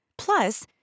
Plus